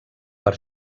per